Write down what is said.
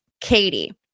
Katie